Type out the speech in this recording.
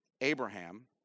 Abraham